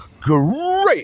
great